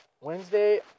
Wednesday